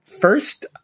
first